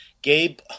Gabe